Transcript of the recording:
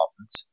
offense